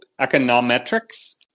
econometrics